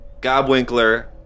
Gobwinkler